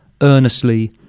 earnestly